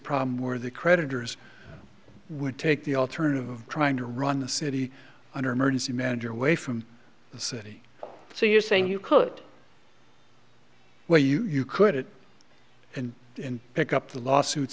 problem where the creditors would take the alternative of trying to run the city under emergency manager way from the city so you're saying you could where you could it and pick up the lawsuits